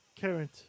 current